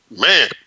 Man